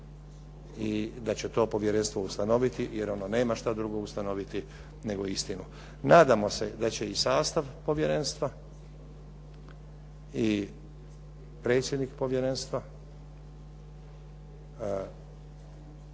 i da će to povjerenstvo ustanoviti, jer ono nema šta drugo ustanoviti nego istinu. Nadamo se da će i sastav povjerenstva i predsjednik povjerenstva